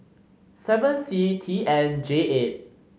seven C T N J eight